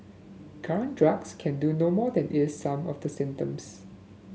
current drugs can do no more than ease some of the symptoms